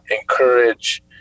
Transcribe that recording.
encourage